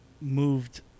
moved